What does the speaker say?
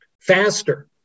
faster